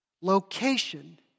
Location